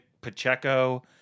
Pacheco